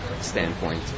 standpoint